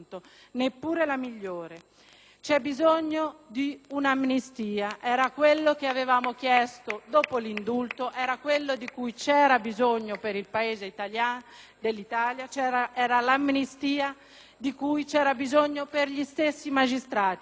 del senatore Perduca).* Era quello che avevamo chiesto dopo l'indulto, era quello di cui c'era bisogno per il Paese. Era l'amnistia di cui c'era bisogno per gli stessi magistrati, perché potessero lavorare.